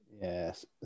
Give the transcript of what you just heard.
Yes